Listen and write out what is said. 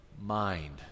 mind